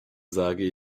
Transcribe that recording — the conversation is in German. sage